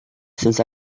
since